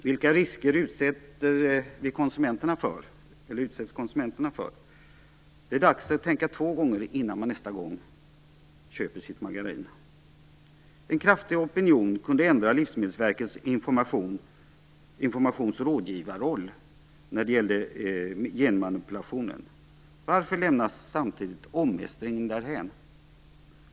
Vilka risker utsätts konsumenterna för? Det är dags att tänka två gånger innan man nästa gång köper sitt margarin. En kraftig opinion kunde ändra Livsmedelsverkets informations och rådgivarroll när det gällde genmanipulationen. Varför lämnas samtidigt omestringen därhän?